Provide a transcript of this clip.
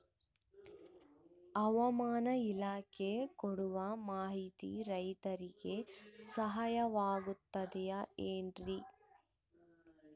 ಹವಮಾನ ಇಲಾಖೆ ಕೊಡುವ ಮಾಹಿತಿ ರೈತರಿಗೆ ಸಹಾಯವಾಗುತ್ತದೆ ಏನ್ರಿ?